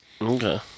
Okay